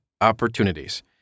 opportunities